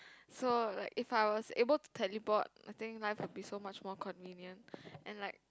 so like if I was able to teleport I think life would be so much more convenient and like